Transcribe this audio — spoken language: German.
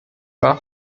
war